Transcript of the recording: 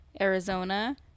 Arizona